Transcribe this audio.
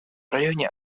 районе